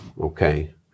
Okay